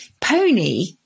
pony